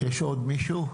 יש עוד מישהו?